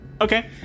Okay